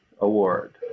award